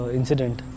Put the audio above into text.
incident